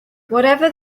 whatever